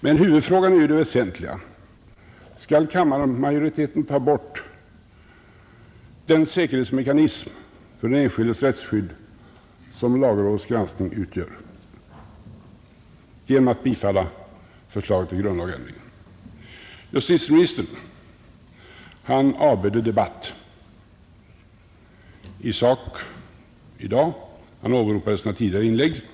Det väsentliga är emellertid huvudfrågan, om kammarmajoriteten skall ta bort den säkerhetsmekanism för den enskildes rättsskydd som lagrådets granskning utgör, genom att bifalla förslaget till grundlagsändring. Justitieministern avböjde debatt i sak i dag. Han åberopade sina tidigare inlägg i frågan.